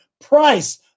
price